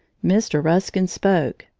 mr. ruskin spoke,